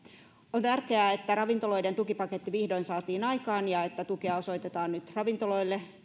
on tärkeää että ravintoloiden tukipaketti vihdoin saatiin aikaan ja että tukea osoitetaan nyt ravintoloille